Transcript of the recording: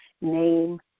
name